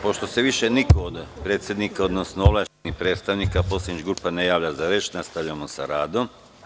Pošto se više niko od predsednika, odnosno ovlašćenih predstavnika poslaničkih grupa ne javlja za reč, nastavljamo sa radom.